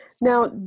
Now